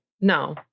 No